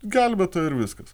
gelbėtoja ir viskas